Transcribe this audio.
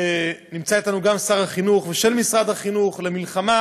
נמצא אתנו גם שר החינוך, ושל משרד החינוך למלחמה